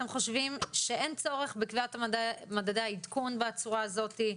אתם חושבים שאין צורך בקביעת מדדי העדכון בצורה הזאת?